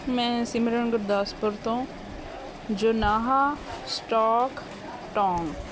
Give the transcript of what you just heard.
ਮੈਂ ਸਿਮਰਨ ਗੁਰਦਾਸਪੁਰ ਤੋਂ ਜੋਨਾਹਾ ਸਟੋਕ ਟੋਂਗ